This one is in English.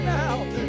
now